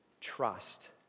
trust